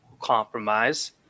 compromise